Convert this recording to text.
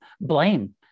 blame